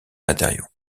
matériaux